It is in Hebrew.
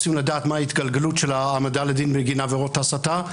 רוצים לדעת מה ההתגלגלות של ההעמדה לדין בגין עבירות הסתה.